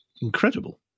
incredible